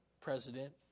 president